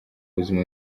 buzima